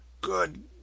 Good